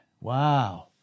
wow